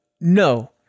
no